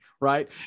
Right